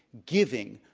giving,